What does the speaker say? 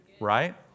right